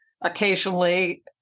occasionally